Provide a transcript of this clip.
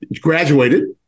Graduated